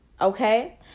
Okay